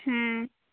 ହୁଁ